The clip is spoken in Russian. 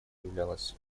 являлось